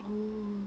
oh